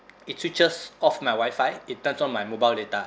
it switches off my wifi it turns on my mobile data